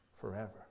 forever